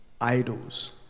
idols